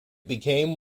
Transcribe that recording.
became